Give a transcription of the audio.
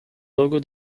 logo